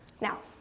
Now